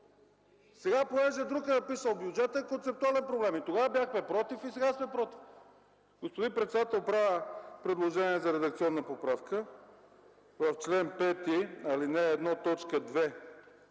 Сега понеже друг е написал бюджета, е концептуален проблем. И тогава бяхме против, и сега сме против. Господин председател, правя предложение за редакционна поправка – в чл. 5, ал. 1,